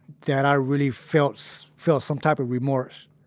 that i really felt felt some type of remorse.